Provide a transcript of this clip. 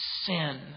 sin